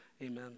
Amen